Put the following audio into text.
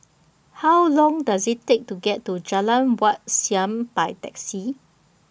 How Long Does IT Take to get to Jalan Wat Siam By Taxi